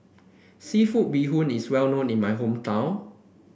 seafood Bee Hoon is well known in my hometown